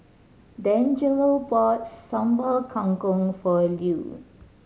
Dangelo bought Sambal Kangkong for Lew